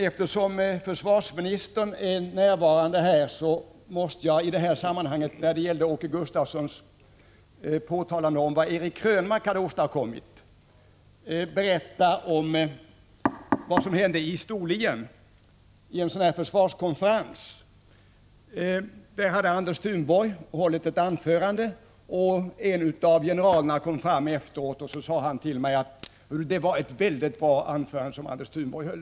Eftersom försvarsministern är närvarande, måste jag med anledning av Åke Gustavssons uttalande om vad Eric Krönmark hade åstadkommit berätta om vad som hände vid en försvarskonferens i Storlien. Där hade Anders Thunborg hållit ett anförande, och efteråt kom en av generalerna fram till mig och sade: Hör du, det var ett väldigt bra anförande som Anders Thunborg höll.